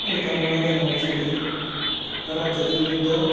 रिकामा वेळ घालवण्यासाठी राज्यात विविध